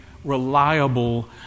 reliable